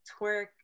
twerk